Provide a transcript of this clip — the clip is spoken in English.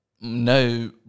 no